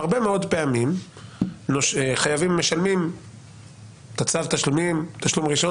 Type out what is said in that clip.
הרבה מאוד פעמים חייבים משלמים תשלום ראשון,